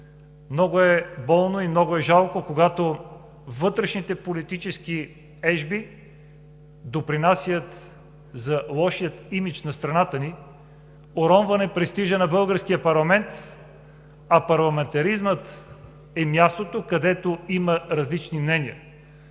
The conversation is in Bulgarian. Много е болно и много е жалко, когато вътрешните политически ежби допринасят за лошия имидж на страната ни и за уронване престижа на българския парламент, а парламентаризмът, парламентът е мястото, където има различни мнения,